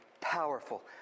powerful